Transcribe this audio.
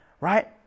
right